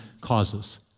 causes